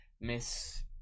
miss